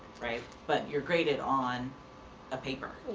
right? but you're graded on a paper.